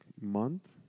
month